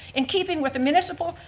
and keeping with the municipal,